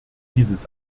dieses